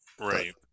Right